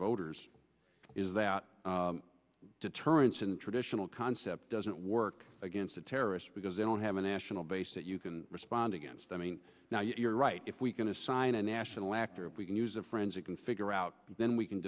voters is that deterrence in the traditional concept doesn't work against a terrorist because they don't have a national base that you can respond against i mean now you're right if we can assign a national actor if we can use of friends we can figure out then we can